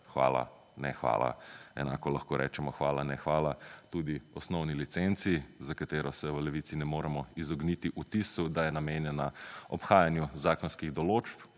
Hvala, ne hvala, enako lahko rečemo hvala, ne hvala tudi osnovni licenci za katero se v Levici ne moremo izogniti vtisu, da je namenjena obhajanju zakonskih določb,